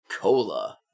cola